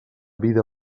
vida